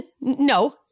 No